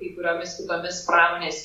kai kuriomis kitomis pramonės